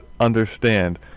understand